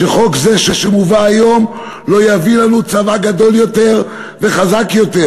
שחוק זה שמובא היום לא יביא לנו צבא גדול יותר וחזק יותר,